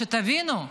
שתבינו,